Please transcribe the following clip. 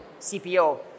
CPO